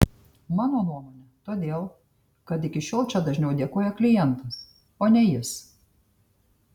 mano nuomone todėl kad iki šiol čia dažniau dėkoja klientas o ne jis